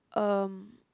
um